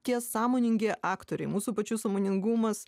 tie sąmoningi aktoriai mūsų pačių sąmoningumas